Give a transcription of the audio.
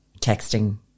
texting